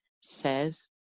says